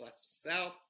South